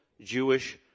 Jewish